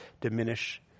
diminish